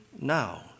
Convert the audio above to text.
now